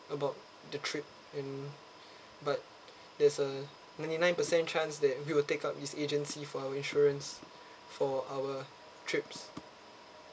about the trip and but there's a ninety nine percent chance that we will take up this agency for our insurance for our trips